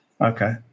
Okay